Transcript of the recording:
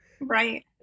Right